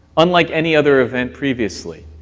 unlike any other event previously,